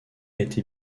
été